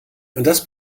das